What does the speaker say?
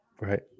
Right